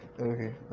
okay